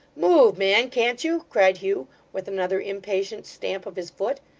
move, man, can't you cried hugh, with another impatient stamp of his foot.